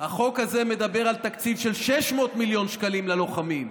החוק הזה מדבר על תקציב של 600 מיליון שקלים ללוחמים,